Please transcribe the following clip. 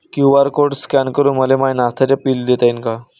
QR code scan करून मले माय नास्त्याच बिल देता येईन का?